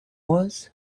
was